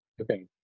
Okay